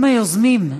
הם היוזמים,